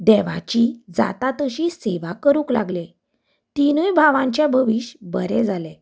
देवाची जाता तशी सेवा करूंक लागले तिनूय भावांचें भविश्य बरें जालें